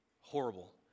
horrible